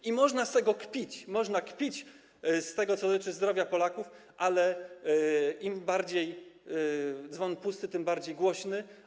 I można z tego kpić, można kpić z tego, co dotyczy zdrowia Polaków, ale im bardziej dzwon pusty, tym bardziej głośny.